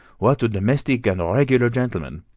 what a domestic and regular gentleman!